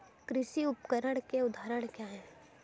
कृषि उपकरण के उदाहरण क्या हैं?